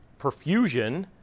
perfusion